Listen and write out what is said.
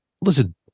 listen